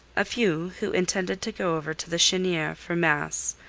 a few, who intended to go over to the cheniere for mass,